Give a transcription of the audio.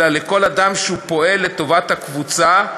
אלא לכל אדם שפועל לטובת הקבוצה,